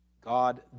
God